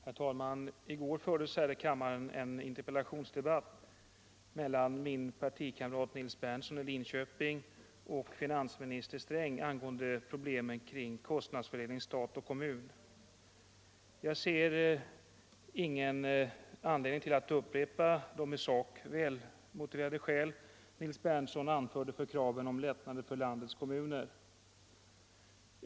Herr talman! I går fördes här i kammaren en interpellationsdebatt mellan min partikamrat Nils Berndtson och finansminister Sträng angående kostnadsfördelningen mellan stat och kommun. Jag ser ingen anledning att upprepa de välmotiverade skäl som Nils Berndtson anförde för kraven på lättnader för landets kommuner.